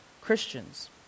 Christians